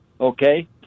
okay